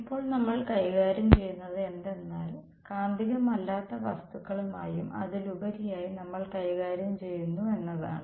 ഇപ്പോൾ നമ്മൾ കൈകാര്യം ചെയ്യുന്നത് എന്തെന്നാൽ കാന്തികമല്ലാത്ത വസ്തുക്കളുമായും അതിലുപരിയായി നമ്മൾ കൈകാര്യം ചെയ്യുന്നു എന്നതാണ്